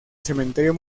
cementerio